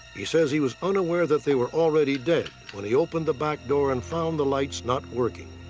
he says he was unaware that they were already dead when he opened the back door and found the lights not working.